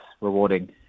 rewarding